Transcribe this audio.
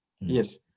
Yes